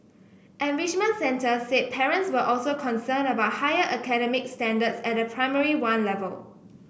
enrichment centres said parents were also concerned about higher academic standards at Primary One level